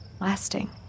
lasting